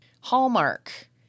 Hallmark